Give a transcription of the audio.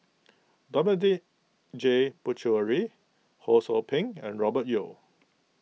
Dominic J Puthucheary Ho Sou Ping and Robert Yeo